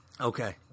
Okay